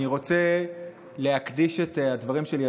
אני רוצה להקדיש את הדברים שלי,